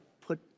put